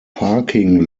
parking